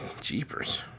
Jeepers